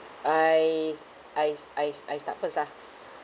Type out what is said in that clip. I I I I start first ah